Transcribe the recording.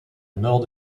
nord